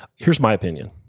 here's my opinion.